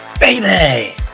Baby